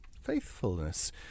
Faithfulness